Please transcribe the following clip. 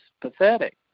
pathetic